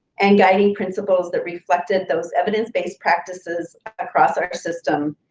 and guiding principles that reflected those evidence-based practices across our system,